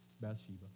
Bathsheba